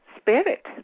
spirit